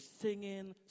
singing